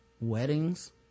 weddings